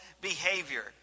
behavior